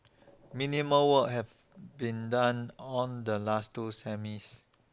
minimal work had been done on the last two semis